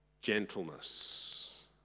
gentleness